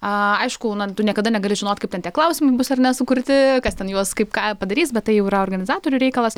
a aišku na tu niekada negali žinot kaip ten tie klausimai bus ar ne sukurti kas ten juos kaip padarys bet tai jau yra organizatorių reikalas